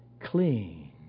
clean